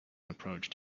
approached